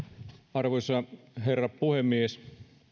arvoisa herra puhemies